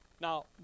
Now